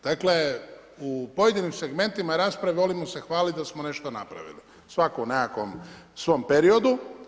Dakle, u pojedinim segmentima raspravama, volimo se hvaliti da smo nešto napravili, svako u nekakvom svom periodu.